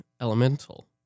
elemental